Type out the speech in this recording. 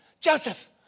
Joseph